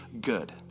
good